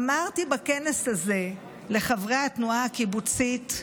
אמרתי בכנס הזה לחברי התנועה הקיבוצית: